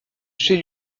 chez